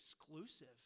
exclusive